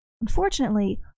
Unfortunately